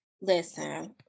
Listen